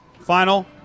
Final